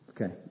Okay